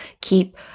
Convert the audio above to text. keep